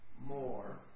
more